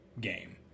game